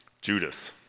Judas